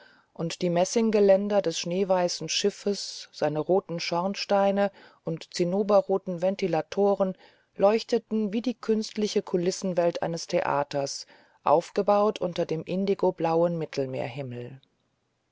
und die messinggeländer des schneeweißen schiffes seine roten schornsteine und zinnoberroten ventilatoren leuchteten wie die künstliche kulissenwelt eines theaters aufgebaut unter dem